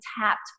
tapped